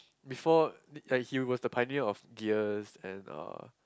before like he was the pioneer of gears and uh